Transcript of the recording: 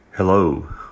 Hello